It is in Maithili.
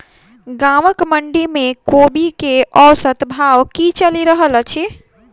गाँवक मंडी मे कोबी केँ औसत भाव की चलि रहल अछि?